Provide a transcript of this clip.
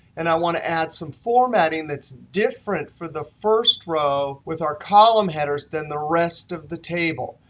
and i want to add some formatting that's different for the first row with our column headers than the rest of the table.